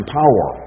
power